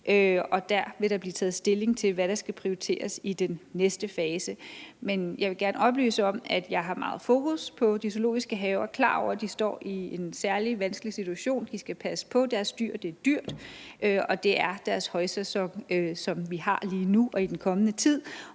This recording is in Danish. og dér vil der blive taget stilling til, hvad der skal prioriteres i den næste fase. Men jeg vil gerne oplyse om, at jeg har meget fokus på de zoologiske haver. Jeg er klar over, at de står i en særlig vanskelig situation. De skal passe på deres dyr, og det er dyrt, og det er deres højsæson, som vi har lige nu og i den kommende tid.